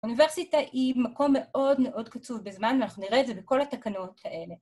אוניברסיטה היא מקום מאוד מאוד קצוב בזמן ואנחנו נראה את זה בכל התקנות האלה.